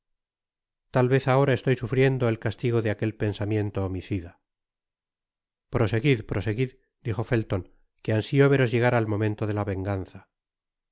tal vez ahora estoy sufriendo el castigo de aquel pensamiento homicida proseguid proseguid dijo felton que ansio veros llegar al momento de la venganza